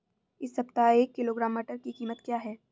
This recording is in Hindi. इस सप्ताह एक किलोग्राम मटर की कीमत क्या है?